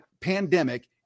pandemic